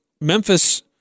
Memphis